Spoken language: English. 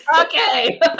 Okay